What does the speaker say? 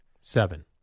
Seven